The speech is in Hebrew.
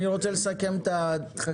אני רוצה לסכם את הדיון.